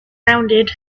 rounded